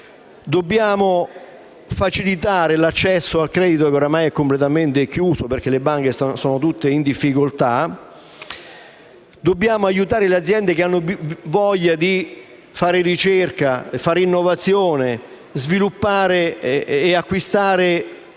e facilitando l'accesso al credito, che ormai è completamente chiuso perché le banche sono tutte in difficoltà. Dobbiamo aiutare le aziende che hanno voglia di fare ricerca e innovazione, sviluppando e acquistando